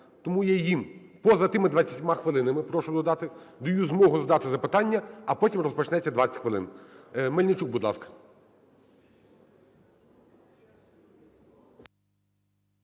тому я їм поза тими 20 хвилинами прошу додати, даю змогу задати запитання, а потім розпочнеться 20 хвилин. Мельничук, будь ласка.